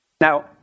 Now